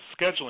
scheduling